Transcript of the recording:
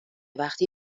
وقتی